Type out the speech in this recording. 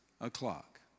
o'clock